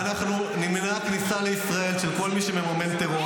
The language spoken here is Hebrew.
אנחנו נמנע כניסה לישראל של כל מי שמממן טרור